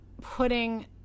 putting